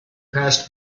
passed